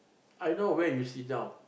I know where you sit down